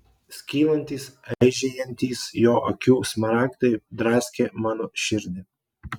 skylantys aižėjantys jo akių smaragdai draskė mano širdį